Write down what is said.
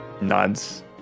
nods